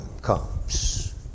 comes